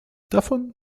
davon